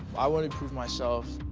i want to improve myself,